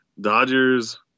Dodgers